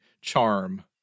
charm